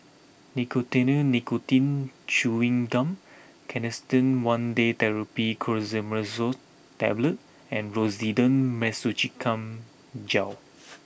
Nicotinell Nicotine Chewing Gum Canesten one Day Therapy Clotrimazole Tablet and Rosiden Piroxicam Gel